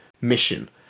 mission